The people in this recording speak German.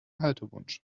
haltewunsch